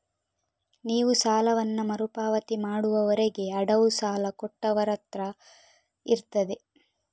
ನೀವು ಸಾಲವನ್ನ ಮರು ಪಾವತಿ ಮಾಡುವವರೆಗೆ ಅಡವು ಸಾಲ ಕೊಟ್ಟವರತ್ರ ಇರ್ತದೆ